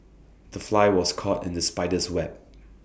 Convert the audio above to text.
the fly was caught in the spider's web